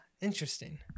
Interesting